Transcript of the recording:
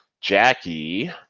Jackie